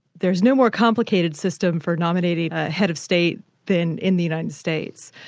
there's no more complicated system for nominating a head of state than in the united states.